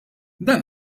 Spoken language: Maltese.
dan